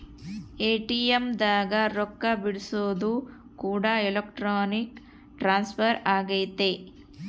ATM ದಾಗ ರೊಕ್ಕ ಬಿಡ್ಸೊದು ಕೂಡ ಎಲೆಕ್ಟ್ರಾನಿಕ್ ಟ್ರಾನ್ಸ್ಫರ್ ಅಗೈತೆ